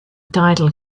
title